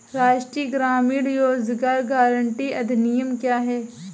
राष्ट्रीय ग्रामीण रोज़गार गारंटी अधिनियम क्या है?